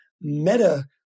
meta